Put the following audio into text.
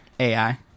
AI